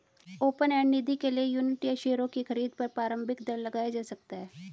open end निधि के लिए यूनिट या शेयरों की खरीद पर प्रारम्भिक दर लगाया जा सकता है